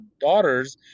daughters